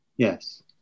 Yes